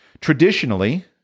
Traditionally